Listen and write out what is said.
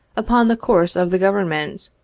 upon the course of the government,